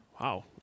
Wow